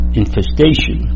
infestation